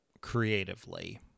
creatively